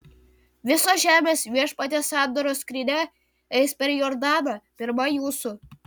visos žemės viešpaties sandoros skrynia eis per jordaną pirma jūsų